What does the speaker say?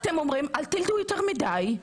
אתם אומרים: אל תלדו יותר מדי,